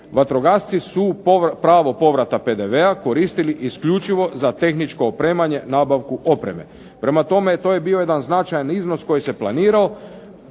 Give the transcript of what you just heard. Vatrogasci su pravo povrata PDV-a koristili isključivo za tehničko opremanje, nabavku opreme. Prema tome to je bio jedan značajan iznos koji se planirao,